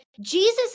Jesus